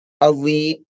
elite